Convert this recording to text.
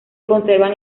conservan